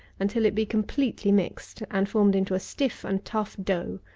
until it be completely mixed, and formed into a stiff and tough dough.